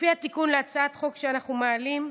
לפי התיקון להצעת החוק שאנחנו מעלים,